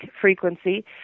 frequency